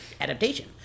adaptation